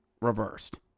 reversed